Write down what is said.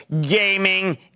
gaming